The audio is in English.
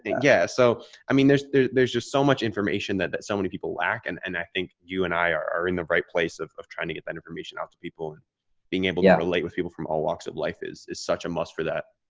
yeah. so i mean, there's there's just so much information that that so many people lack and and i think you and i are in the right place of of trying to get that information out to people and being able to yeah relate with people from all walks of life is is such a must for that,